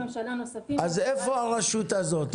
איפה הרשות הזאת?